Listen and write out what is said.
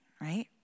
right